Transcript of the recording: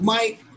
Mike